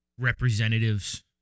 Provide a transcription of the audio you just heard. representatives